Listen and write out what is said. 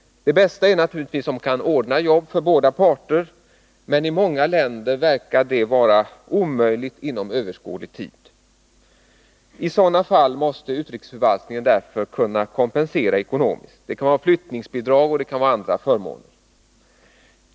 Det bästa är naturligtvis om arbete kan ordnas också för den som följer med, men i många länder verkar detta vara något som är omöjligt att uppnå inom överskådlig tid. I sådana fall måste utrikesförvaltningen kunna kompensera ekonomiskt — det kan ske i form av flyttningsbidrag eller genom andra förmåner.